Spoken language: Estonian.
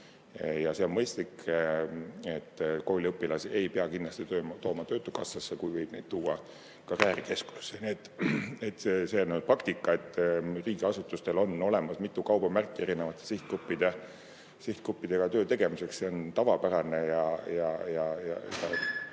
Ja see on mõistlik, et kooliõpilasi ei pea kindlasti tooma töötukassasse, vaid võib neid tuua karjäärikeskusesse. Nii et see on praktika, et riigiasutustel on olemas mitu kaubamärki erinevate sihtgruppidega töö tegemiseks, see on tavapärane.